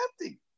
empty